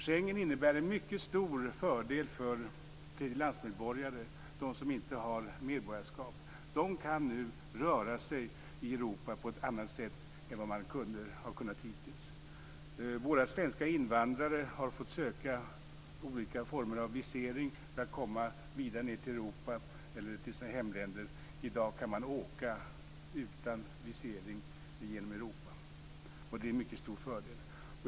Schengen innebär en mycket stor fördel för tredjelandsmedborgare, de som inte har medborgarskap. De kan nu röra sig i Europa på ett annat sätt än man har kunnat hittills. Våra svenska invandrare har fått söka olika former av visering för att komma vidare ned till Europa eller till sina hemländer. I dag kan man åka utan visering genom Europa. Det är en mycket stor fördel.